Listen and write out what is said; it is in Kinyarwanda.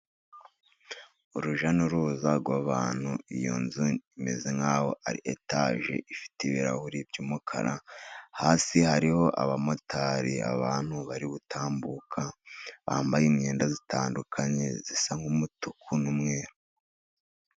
Urujya n'uruza rw'abantu, iyo nzu imeze nkaho ari etage ifite ibirahuri by'umukara, hasi hariho abamotari abantu bari gutambuka bambaye imyenda itandukanye isa n'umutuku n'umweru.